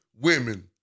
women